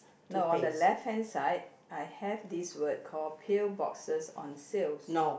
no the left hand side I have this word call pill boxes on sale